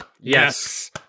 Yes